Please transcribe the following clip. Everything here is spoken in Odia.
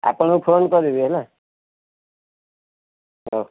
ଆପଣଙ୍କୁ ଫୋନ୍ କରିବି ଦେବି ହେଲା ହଉ